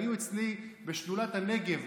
היו אצלי משדולת הנגב.